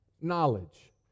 knowledge